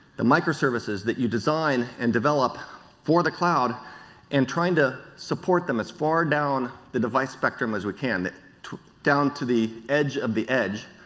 the micro services that you design and develop for the cloud and trying to support them as far down the device spectrum as we can, down to the edge of the edge,